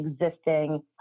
existing